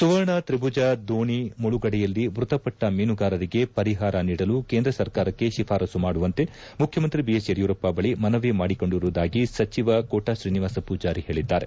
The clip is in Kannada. ಸುವರ್ಣ ತ್ರಿಭುಜ ದೋಣಿ ಮುಳುಗಡೆಯಲ್ಲಿ ಮೃತಪಟ್ಟ ಮೀನುಗಾರರಿಗೆ ಪರಿಹಾರ ನೀಡಲು ಕೇಂದ್ರ ಸರ್ಕಾರಕ್ಕೆ ಶಿಫಾರಸು ಮಾಡುವಂತೆ ಮುಖ್ಯಮಂತ್ರಿ ಬಿಎಸ್ ಯಡಿಯೂರಪ್ಪ ಬಳಿ ಮನವಿ ಮಾಡಿಕೊಂಡಿರುವುದಾಗಿ ಸಚಿವ ಕೋಟಾ ಶ್ರೀನಿವಾಸ ಮೂಜಾರಿ ಹೇಳಿದ್ದಾರೆ